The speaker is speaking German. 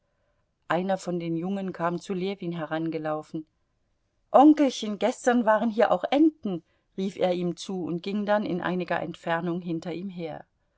einer von den jungen kam zu ljewin herangelaufen onkelchen gestern waren hier auch enten rief er ihm zu und ging dann in einiger entfernung hinter ihm her